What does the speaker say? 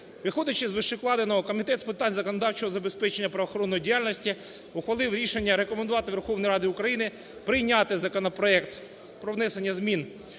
Виходячи з вище вкладеного, Комітет з питань законодавчого забезпечення правоохоронної діяльності ухвалив рішення рекомендувати Верховній Раді України прийняти законопроект про внесення змін